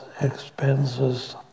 expenses